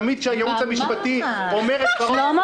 תמיד כשהייעוץ המשפטי אומר את דברו בסופו של דבר --- למה?